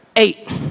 Eight